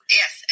yes